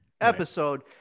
episode